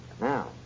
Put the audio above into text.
Now